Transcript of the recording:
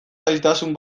zailtasun